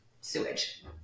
sewage